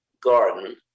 garden